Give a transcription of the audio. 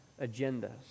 agendas